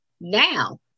Now